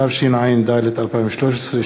התשע"ד 2013,